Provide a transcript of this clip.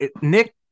nick